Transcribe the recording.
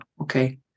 okay